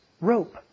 rope